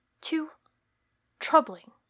Too—troubling